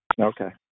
Okay